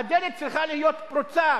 הדלת צריכה להיות פרוצה,